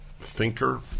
thinker